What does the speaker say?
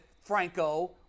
Franco